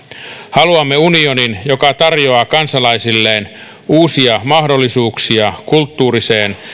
haluamme unionin joka tarjoaa kansalaisilleen uusia mahdollisuuksia kulttuuriseen